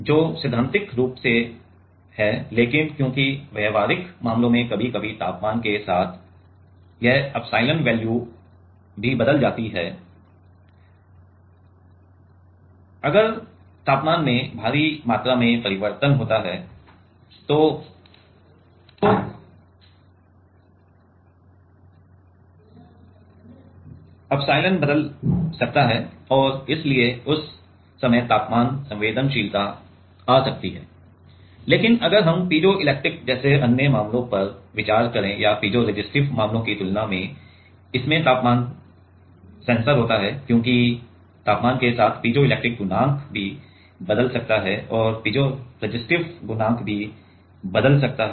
जो सैद्धांतिक रूप से है लेकिन क्योंकि व्यावहारिक मामलों में कभी कभी तापमान के साथ यह एप्सिलॉन वैल्यू भी बदल जाता है अगर तापमान में भारी मात्रा में परिवर्तन होता है और एप्सिलॉन बदल सकता है और इसलिए उस समय तापमान संवेदनशीलता आ सकती है लेकिन अगर हम पीजोइलेक्ट्रिक जैसे अन्य मामलों पर विचार करें या पीज़ोरेसिस्टिव मामलों की तुलना में इसमें तापमान सेंसर होता है क्योंकि तापमान के साथ पीज़ोइलेक्ट्रिक गुणांक भी बदल सकता है और पीज़ोरेसिस्टिव गुणांक भी बदल सकता है